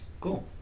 Cool